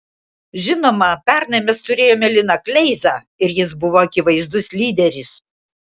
žinoma pernai mes turėjome liną kleizą ir jis buvo akivaizdus lyderis